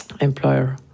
employer